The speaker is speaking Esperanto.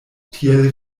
tiel